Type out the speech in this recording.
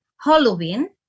halloween